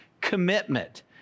commitment